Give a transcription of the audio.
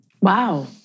Wow